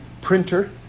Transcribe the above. printer